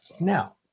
Now